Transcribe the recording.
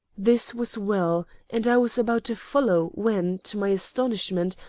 this was well, and i was about to follow when, to my astonishment,